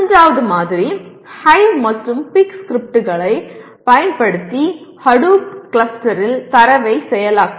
மூன்றாவது மாதிரி ஹைவ் மற்றும் பிக் ஸ்கிரிப்ட்களைப் பயன்படுத்தி ஹடூப் கிளஸ்டரில் தரவை செயலாக்கவும்